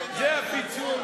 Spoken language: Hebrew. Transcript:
אדוני היושב-ראש,